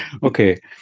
Okay